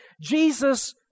Jesus